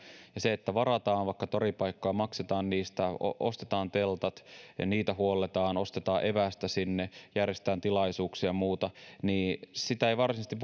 kun varataan vaikka toripaikkoja maksetaan niistä ostetaan teltat ja niitä huolletaan ostetaan evästä sinne järjestetään tilaisuuksia ja muuta niin sitä ei varsinaisesti